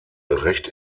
recht